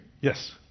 Yes